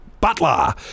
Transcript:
butler